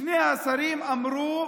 שני השרים אמרו,